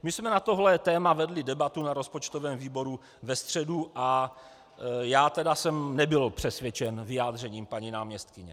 My jsme na tohle téma vedli debatu na rozpočtovém výboru ve středu a já jsem nebyl přesvědčen vyjádřením paní náměstkyně.